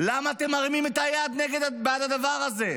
למה אתם מרימים את היד בעד הדבר הזה?